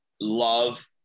love